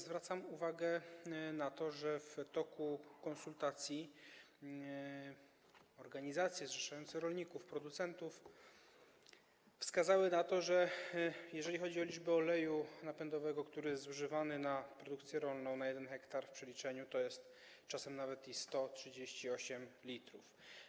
Zwracam jednak uwagę na to, że w toku konsultacji organizacje zrzeszające rolników, producentów wskazały na to, że jeżeli chodzi o ilość oleju napędowego, który jest zużywany na produkcję rolną na 1 ha, w przeliczeniu to jest czasem nawet 138 l.